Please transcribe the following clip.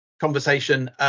conversation